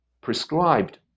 prescribed